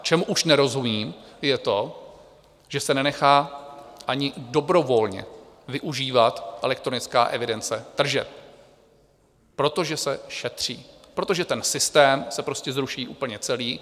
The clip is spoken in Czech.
Čemu už nerozumím, je to, že se nenechá ani dobrovolně využívat elektronická evidence tržeb, protože se šetří, protože ten systém se prostě zruší úplně celý.